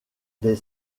des